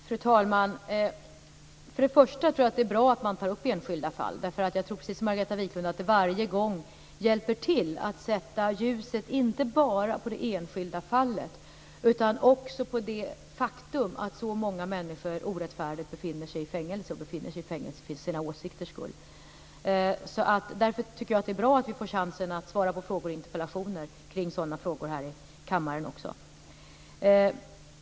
Fru talman! Först och främst tror jag att det är bra att man tar upp enskilda fall, eftersom jag precis som Margareta Viklund tror att det varje gång hjälper till att sätta ljuset inte bara på det enskilda fallet utan också på det faktum att så många människor orättfärdigt befinner sig i fängelse för sina åsikters skull. Därför tycker jag att det är bra att vi får chansen att svara på frågor och interpellationer kring sådana frågor här i kammaren också.